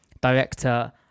director